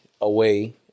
away